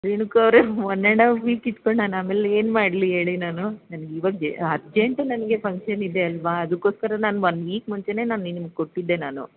ರೇಣುಕಾ ಅವರೇ one and half week ಇಟ್ಕೊಂಡು ನಾನು ಆಮೇಲೆ ಏನು ಮಾಡಲಿ ಹೇಳಿ ನಾನು ನನಗೆ ಇವಾಗ ಬೆ ಅರ್ಜೆಂಟು ನನಗೆ ಫಂಕ್ಷನ್ ಇದೆ ಅಲ್ವ ಅದಕ್ಕೋಸ್ಕರ ನಾನು ಒನ್ ವೀಕ್ ಮುಂಚೆಯೇ ನಾನು ನಿಮಗೆ ಕೊಟ್ಟಿದ್ದೆ ನಾನು